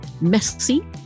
messy